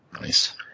Nice